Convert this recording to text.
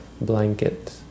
blanket